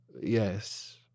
Yes